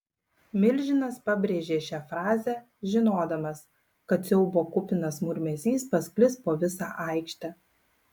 milžinas pabrėžė šią frazę žinodamas kad siaubo kupinas murmesys pasklis po visą aikštę